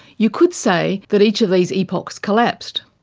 you could say that each of these epochs collapsed,